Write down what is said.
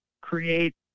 create